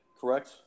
correct